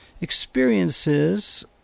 experiences